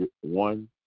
one